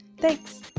Thanks